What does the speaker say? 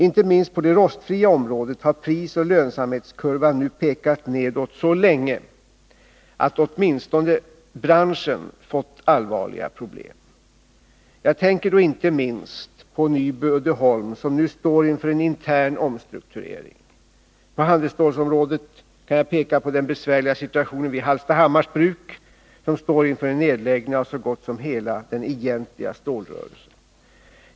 Inte minst på det rostfria området har prisoch lönsamhetskurvan nu pekat nedåt så länge att åtminstone branschen fått allvarliga problem. Jag tänker då inte minst på Nyby Uddeholm, som nu står inför en intern omstrukturering. På handelsstålsområdet kan jag peka på den besvärliga situationen vid Hallstahammars bruk, som står inför en nedläggning av så gott som hela den egentliga stålrörelsen.